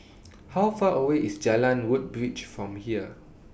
How Far away IS Jalan Woodbridge from here